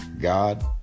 God